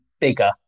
bigger